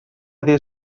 dir